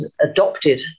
adopted